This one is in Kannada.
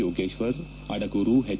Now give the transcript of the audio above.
ಯೋಗೇಶ್ವರ್ ಅಡಗೂರು ಹೆಚ್